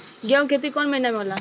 गेहूं के खेती कौन महीना में होला?